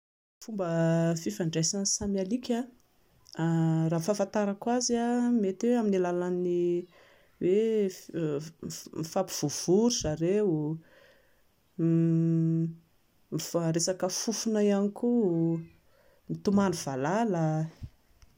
Fomba fifandraisan'ny samy alika raha ny fahafantarako azy mety hoe amin'ny alalan'ny hoe mifampivovò ry zareo, resaka fofona ihany koa, mitomany valala.